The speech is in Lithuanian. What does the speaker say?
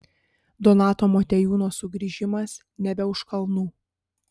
donato motiejūno sugrįžimas nebe už kalnų